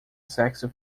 sexo